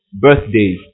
birthday